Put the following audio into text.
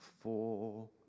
four